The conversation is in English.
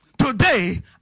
Today